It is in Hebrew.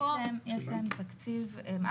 יש להם תקציב.